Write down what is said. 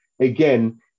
again